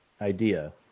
idea